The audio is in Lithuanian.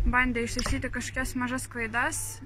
bandė ištaisyti kažkokias mažas klaidas